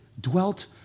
dwelt